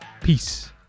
Peace